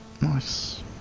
Nice